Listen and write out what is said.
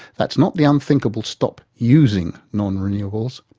that's not the unthinkable stop using non-renewables,